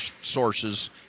sources